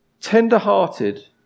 tender-hearted